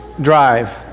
Drive